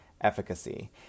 efficacy